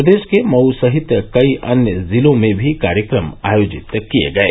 प्रदेश के मऊ सहित कई अन्य जिलों में भी कार्यक्रम आयोजित किये गये